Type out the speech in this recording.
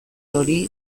hori